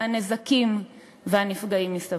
הנזקים והנפגעים מסביב.